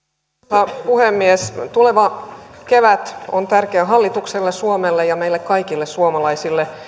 arvoisa puhemies tuleva kevät on tärkeä hallitukselle suomelle ja meille kaikille suomalaisille